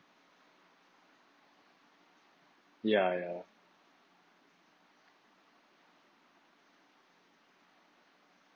ya ya